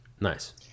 Nice